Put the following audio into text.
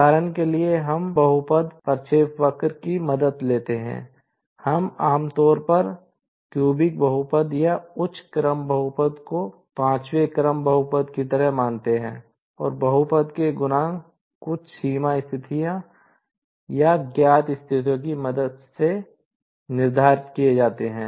उदाहरण के लिए हम बहुपद प्रक्षेपवक्र की मदद लेते हैं हम आम तौर पर क्यूबिक बहुपद या उच्च क्रम बहुपद को पांचवें क्रम बहुपद की तरह मानते हैं और बहुपद के गुणांक कुछ सीमा स्थितियों या ज्ञात स्थितियों की मदद से निर्धारित किए जाते हैं